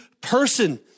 person